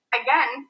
again